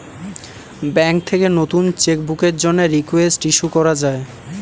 bank থেকে নতুন cheque বুকের জন্যে রিকোয়েস্ট ইস্যু করা যায়